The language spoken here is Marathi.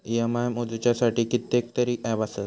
इ.एम.आय मोजुच्यासाठी कितकेतरी ऍप आसत